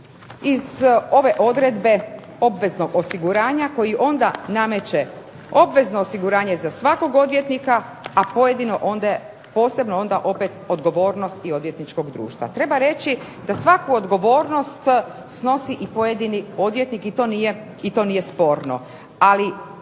iz ove odredbe obveznog osiguranja koji onda nameće obvezno osiguranje za svakog odvjetnika, a posebno onda opet odgovornosti odvjetničkog društva. Treba reći da svaku odgovornost snosi i pojedini odvjetnik i to nije sporno.